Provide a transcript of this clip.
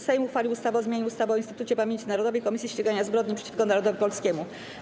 Sejm uchwalił ustawę o zmianie ustawy o Instytucie Pamięci Narodowej - Komisji Ścigania Zbrodni przeciwko Narodowi Polskiemu.